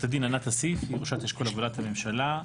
עו"ד ענת אסיף, היא ראשת אשכול עבודת הממשלה.